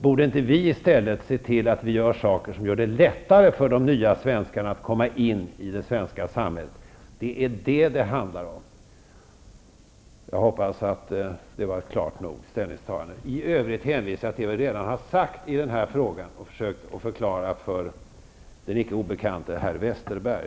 Borde vi inte i stället göra det lättare för de nya svenskarna att komma in i det svenska samhället? Det är detta det handlar om. Jag hoppas att mitt ställningstagande är klart nog. I övrigt hänvisar jag till vad jag redan har sagt i denna fråga och försökt förklara för den icke obekante herr Westerberg.